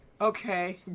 Okay